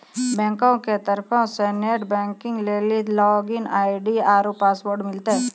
बैंको के तरफो से नेट बैंकिग लेली लागिन आई.डी आरु पासवर्ड मिलतै